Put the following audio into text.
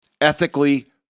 Ethically